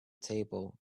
table